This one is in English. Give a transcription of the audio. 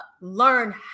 learn